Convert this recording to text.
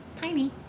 Tiny